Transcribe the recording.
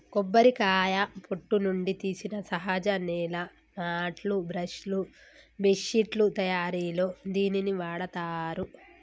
కొబ్బరికాయ పొట్టు నుండి తీసిన సహజ నేల మాట్లు, బ్రష్ లు, బెడ్శిట్లు తయారిలో దీనిని వాడతారు